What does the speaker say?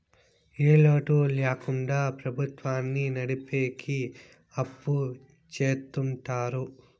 ఏ లోటు ల్యాకుండా ప్రభుత్వాన్ని నడిపెకి అప్పు చెత్తుంటారు